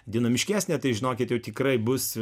dinamiškesnę tai žinokit tikrai bus